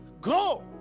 go